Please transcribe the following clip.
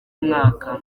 mwaka